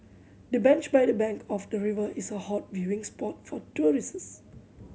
the bench by the bank of the river is a hot viewing spot for tourists